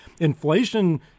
inflation –